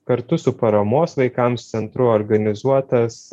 kartu su paramos vaikams centru organizuotas